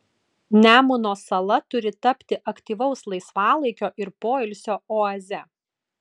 nemuno sala turi tapti aktyvaus laisvalaikio ir poilsio oaze